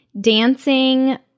dancing